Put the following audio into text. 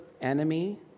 enemy